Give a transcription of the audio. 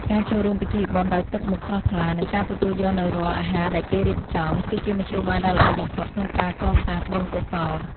ការចូលរួមពិធីបុណ្យដោយទឹកមុខស្រស់ថ្លា និងការទទួលយកនូវរាល់អាហារដែលគេរៀបចំ គឺជាមធ្យោបាយដ៏ល្អបំផុតក្នុងការកសាងបុណ្យកុសល។